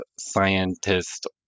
scientist